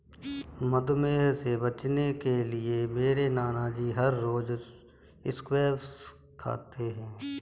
मधुमेह से बचने के लिए मेरे नानाजी हर रोज स्क्वैश खाते हैं